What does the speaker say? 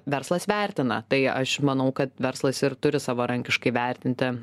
verslas vertina tai aš manau kad verslas ir turi savarankiškai vertinti